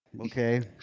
Okay